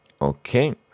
Okay